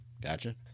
Gotcha